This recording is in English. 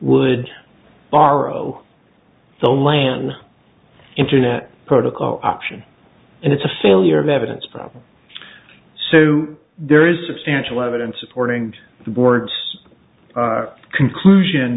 would borrow the land internet protocol option and it's a failure of evidence problem so there is substantial evidence supporting the board's conclusion